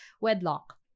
wedlock